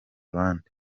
abandi